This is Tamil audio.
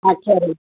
ஆ சரி